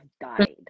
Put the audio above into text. died